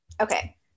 Okay